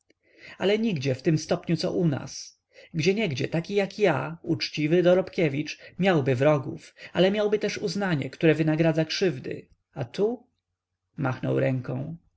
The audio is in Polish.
ale nigdzie w tym stopniu co u nas gdzieindziej taki jak ja uczciwy dorobkiewicz miałby wrogów ale miałby też uznanie które wynagradza krzywdy a tu machnął ręką